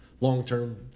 long-term